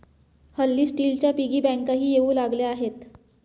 हल्ली स्टीलच्या पिगी बँकाही येऊ लागल्या आहेत